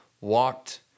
walked